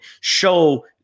show